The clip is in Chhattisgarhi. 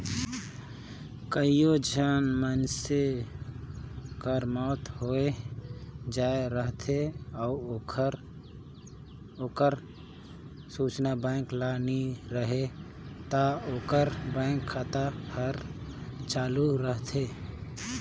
कइयो झन मइनसे कर मउत होए जाए रहथे अउ ओकर सूचना बेंक ल नी रहें ता ओकर बेंक खाता हर चालू रहथे